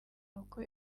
uko